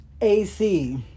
AC